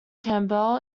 campbell